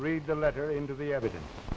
read the letter into the evidence